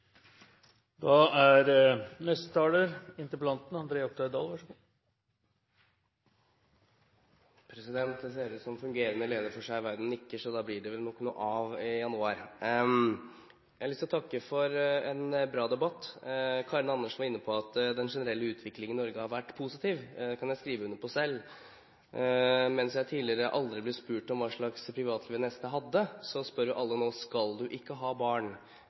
da blir det nok noe av i januar. Jeg har lyst til å takke for en bra debatt. Karin Andersen var inne på at den generelle utviklingen i Norge har vært positiv. Det kan jeg skrive under på selv. Mens jeg tidligere aldri ble spurt om hva slags privatliv jeg hadde, spør alle nå: Skal du ikke ha barn?